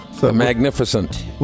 magnificent